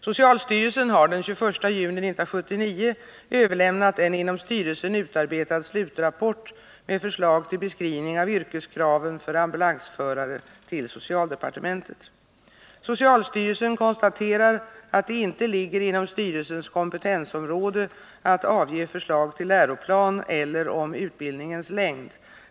Socialstyrelsen har den 21 juni 1979 överlämnat en inom styrelsen utarbetad slutrapport med förslag till beskrivning av yrkeskraven för ambulansförare till socialdepartementet. Socialstyrelsen konstaterar att det inte ligger inom styrelsens kompetensområde att avge förslag till läroplan eller om utbildningens längd.